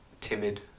Timid